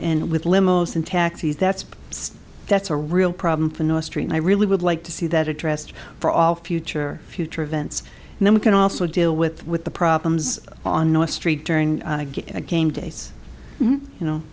and with limos and taxis that's that's a real problem for north st i really would like to see that addressed for all future future events and then we can also deal with with the problem on north street during the game days you know